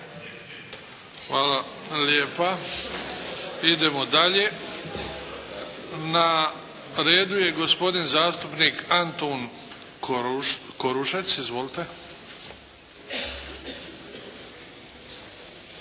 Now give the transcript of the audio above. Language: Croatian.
Hvala lijepa. Idemo dalje. Na redu je gospodin zastupnik Antun Korušec. Izvolite.